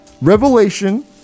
Revelation